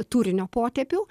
turinio potepių